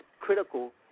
critical